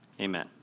amen